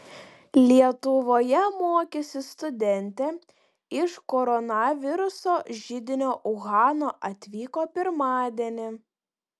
lietuvoje mokysis studentė iš koronaviruso židinio uhano atvyko pirmadienį